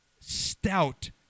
stout